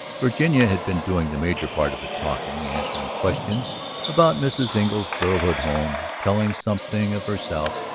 virginia had been doing the major part of the talking, answering questions about mrs. engle's girlhood home, telling something of herself.